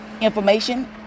information